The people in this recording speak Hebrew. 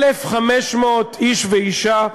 1,500 איש ואישה,